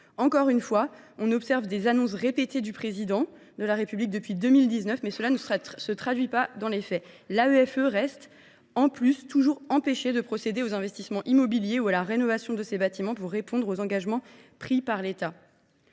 Encore une fois, on observe des annonces répétées du Président de la République depuis 2019, mais cela ne se traduit pas dans les faits. De plus, l’AEFE est toujours empêchée de procéder aux investissements immobiliers ou à la rénovation de ses bâtiments pour répondre aux engagements pris par l’État.